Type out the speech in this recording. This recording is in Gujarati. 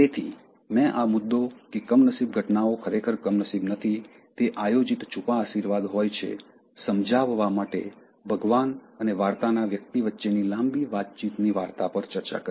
તેથી મેં આ મુદ્દો કે કમનસીબ ઘટનાઓ ખરેખર કમનસીબ નથી તે આયોજિત છૂપા આશીર્વાદ હોય છે સમજાવવા માટે ભગવાન અને વાર્તાના વ્યક્તિ વચ્ચેની લાંબી વાતચીતની વાર્તા પર ચર્ચા કરી